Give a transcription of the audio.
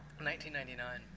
1999